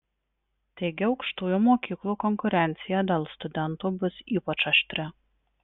taigi aukštųjų mokyklų konkurencija dėl studentų bus ypač aštri